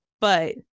But-